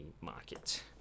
market